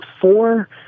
four